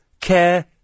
care